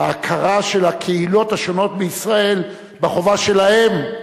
היתה הכרה של הקהילות השונות בישראל, בחובה שלהן,